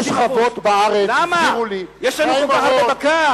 יש חוות בארץ, הסבירו לי, יש לנו כל כך הרבה בקר?